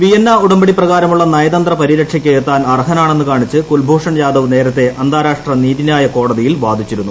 Vienna ഉടമ്പടി പ്രകാരമുള്ള നയതന്ത്ര പരിരക്ഷയ്ക്ക്പ്പിക്ടാൻ അർഹനാണെന്ന് കാണിച്ച് കുൽഭൂഷൺ ജാദവ് നേരത്തിൽ അന്താരാഷ്ട്ര നീതിന്യായ കോടതിയിൽ വാദിച്ചിരുന്നു